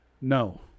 no